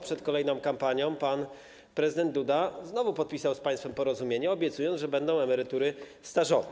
Przed kolejną kampanią pan prezydent Duda znowu podpisał z państwem porozumienie, obiecując, że będą emerytury stażowe.